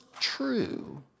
true